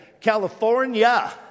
California